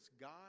God